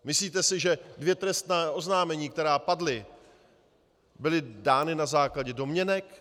Myslíte si, že dvě trestní oznámení, která padla, byla dána na základě domněnek?